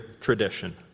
tradition